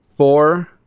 Four